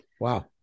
Wow